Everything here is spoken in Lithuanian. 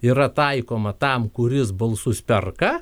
yra taikoma tam kuris balsus perka